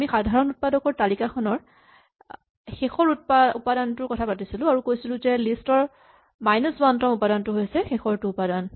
আমি সাধাৰণ উৎপাদকৰ তালিকাৰ শেষৰ উপাদানটোৰ কথা পাতিছিলো আৰু কৈছিলো যে লিষ্ট ৰ মাইনাচ ৱান তম উপাদানটো হৈছে শেষৰটো উপাদান